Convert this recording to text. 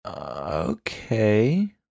Okay